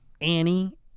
Annie